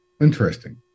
Interesting